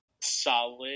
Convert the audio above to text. solid